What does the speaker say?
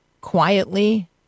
quietly